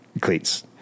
cleats